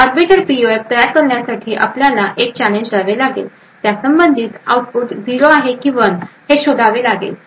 arbiter PUF तयार करण्यासाठी आपल्याला एक चॅलेंज द्यावे लागेल त्यासंबंधित आउटपुट 0 आहे की 1आहे हे शोधावे लागेल